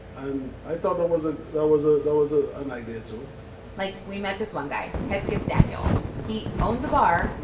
and i thought that was ah that was ah ah an idea, too like, we met this one guy, hasketh daniel. he owns a bar,